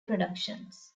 productions